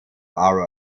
are